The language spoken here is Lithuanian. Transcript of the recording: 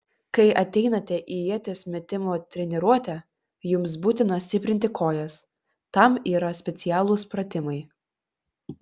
kai ateinate į ieties metimo treniruotę jums būtina stiprinti kojas tam yra specialūs pratimai